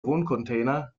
wohncontainer